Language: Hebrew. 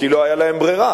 כי לא היתה להן ברירה.